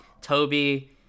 Toby